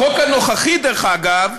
בחוק הנוכחי, דרך אגב,